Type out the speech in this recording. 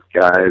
guys